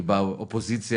כי באופוזיציה,